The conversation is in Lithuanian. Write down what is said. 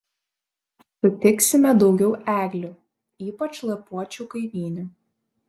sutiksime daugiau eglių ypač lapuočių kaimynių